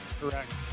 Correct